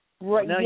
Right